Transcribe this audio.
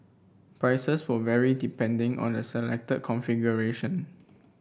prices will vary depending on the selected configuration